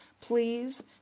please